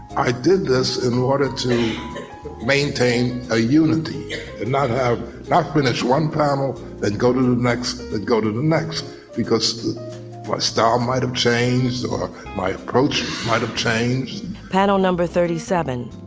i did this in order to maintain a unity and not have not finish one panel and go to the next the go to the next because what style might have changed? my approach might have changed panel number thirty seven,